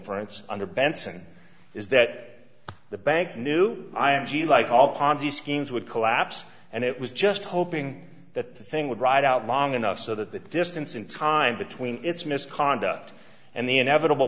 ence under benson is that the bank knew like all ponzi schemes would collapse and it was just hoping that the thing would ride out long enough so that the distance in time between its misconduct and the inevitable